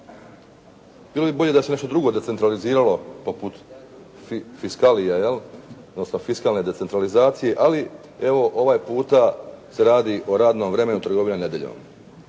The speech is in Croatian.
Bilo bi bolje da se nešto drugo decentraliziralo poput fiskalija, odnosno fiskalne decentralizacije. Ali evo ovaj puta se radi o radnom vremenu trgovina nedjeljom.